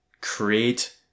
create